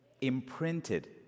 imprinted